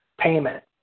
payment